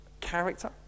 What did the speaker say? character